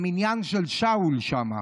במניין של שאול שם,